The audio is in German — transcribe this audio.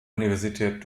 universität